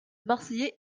marseillais